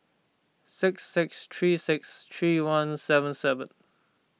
six six three six three one seven seven